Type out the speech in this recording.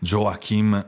Joachim